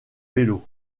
vélos